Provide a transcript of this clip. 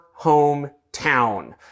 hometown